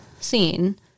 scene